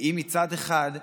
כי מצד אחד,